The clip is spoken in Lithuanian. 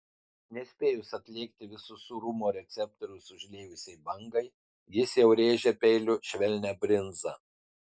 nespėjus atlėgti visus sūrumo receptorius užliejusiai bangai jis jau rėžia peiliu švelnią brinzą